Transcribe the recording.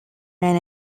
ran